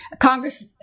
Congress